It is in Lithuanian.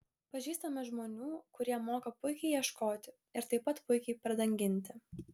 pažįstame žmonių kurie moka puikiai ieškoti ir taip pat puikiai pradanginti